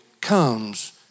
comes